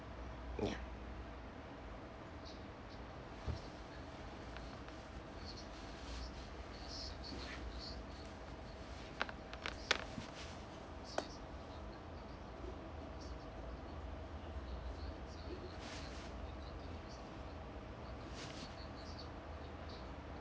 ya